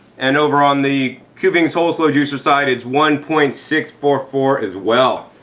and over on the kuvings whole slow juicer side, it's one point six four four as well.